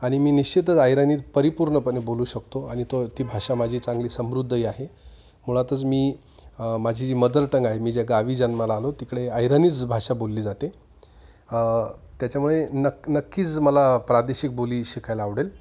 आणि मी निश्चितच अहिराणीत परिपूर्णपणे बोलू शकतो आणि तो ती भाषा माझी चांगली समृद्धही आहे मुळातच मी माझी जी मदरटंग आहे मी ज्या गावी जन्माला आलो तिकडे अहिराणीच भाषा बोलली जाते त्याच्यामुळे नक् नक्कीच मला प्रादेशिक बोली शिकायला आवडेल